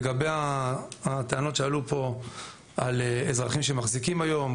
לגבי הטענות שעלו פה על אזרחים שמחזיקים היום,